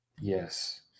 yes